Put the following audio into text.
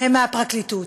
הם מהפרקליטות.